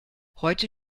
heute